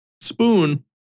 spoon